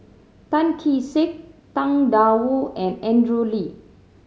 Tan Kee Sek Tang Da Wu and Andrew Lee